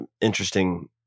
interesting